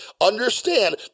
Understand